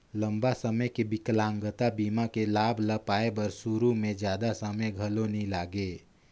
लंबा समे के बिकलांगता बीमा के लाभ ल पाए बर सुरू में जादा समें घलो नइ लागे